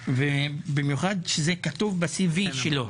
במיוחד שזה כתוב ב-CV שלו: